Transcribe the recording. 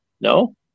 No